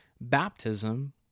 baptism